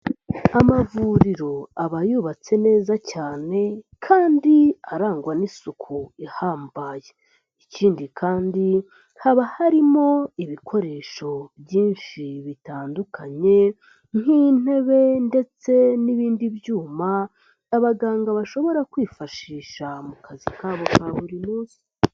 Amavuriro aba yubatse neza cyane kandi arangwa n'isuku ihambaye. Ikindi kandi, haba harimo ibikoresho byinshi bitandukanye nk'intebe ndetse n'ibindi byuma abaganga bashobora kwifashisha mu kazi kabo ka buri munsi.